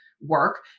work